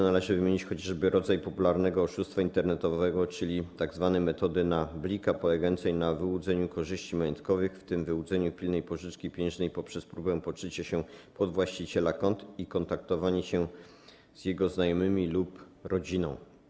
Należy wymienić chociażby rodzaj popularnego oszustwa internetowego, czyli tzw. metody na blika, polegającego na wyłudzeniu korzyści majątkowych, w tym wyłudzeniu pilnej pożyczki pieniężnej poprzez próbę podszycia się pod właściciela konta i kontaktowanie się z jego znajomymi lub rodziną.